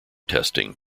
testing